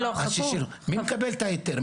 מי מקבל את ההיתר?